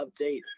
update